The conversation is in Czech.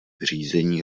řízení